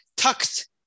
tucked